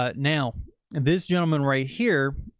ah now and this gentleman right here,